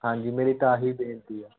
ਹਾਂਜੀ ਮੇਰੀ ਤਾਂ ਆਹੀ ਬੇਨਤੀ ਹੈ